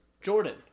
Jordan